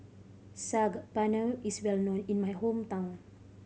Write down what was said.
Saag Paneer is well known in my hometown